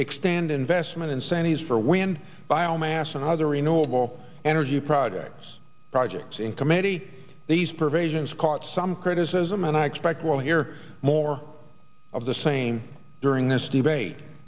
expand investment incentives for wind biomass and other renewable energy projects projects in committee these provisions caught some criticism and i expect we'll hear more of the same during this debate